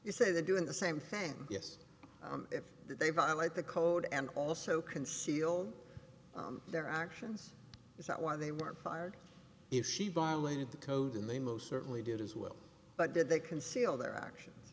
you say they're doing the same fan yes if they violate the code and also conceal their actions is that why they were fired if she violated the code and they most certainly did as well but did they conceal their actions